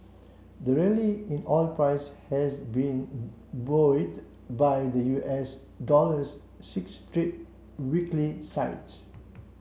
the rally in oil prices has been buoyed by the U S dollar's six straight weekly slides